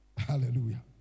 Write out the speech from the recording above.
hallelujah